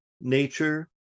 nature